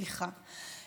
סליחה.